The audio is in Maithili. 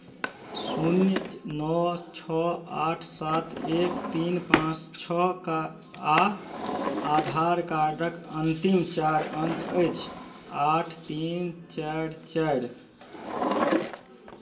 शून्य नओ छओ आठ सात एक तीन पाँच छओके आ आधार कार्डक अन्तिम चारि अंक अछि आठ तीन चारि चारि